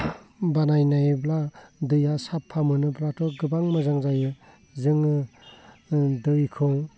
बानायनायोब्ला दैया साफा मोनोब्लाथ' गोबां मोजां जायो जोङो दैखौ